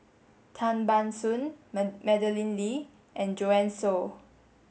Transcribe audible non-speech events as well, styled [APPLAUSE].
Tan Ban Soon [UNINTELLIGIBLE] Madeleine Lee and Joanne Soo